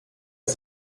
ist